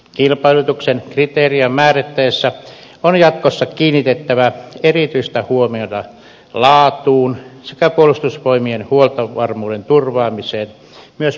kilpailutuksen kriteerejä määritettäessä on jatkossa kiinnitettävä erityistä huomiota laatuun sekä puolustusvoimien huoltovarmuuden turvaamiseen myös poikkeusoloissa